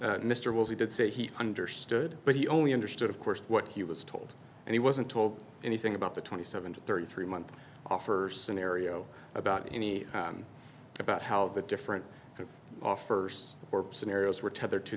mr wells he did say he understood but he only understood of course what he was told and he wasn't told anything about the twenty seven to thirty three month offer scenario about any about how the different offers or scenarios were tethered to